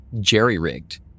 jerry-rigged